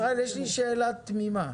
יש לי שאלה תמימה.